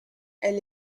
elle